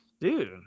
Dude